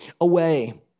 away